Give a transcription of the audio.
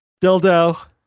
dildo